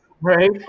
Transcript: Right